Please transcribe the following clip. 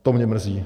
To mě mrzí.